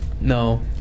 No